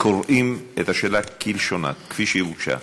קוראים את השאלה כלשונה כפי שהוגשה.